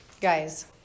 guys